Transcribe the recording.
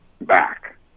back